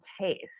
taste